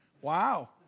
Wow